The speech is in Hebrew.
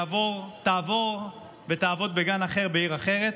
תעבור ותעבוד בגן אחר בעיר אחרת.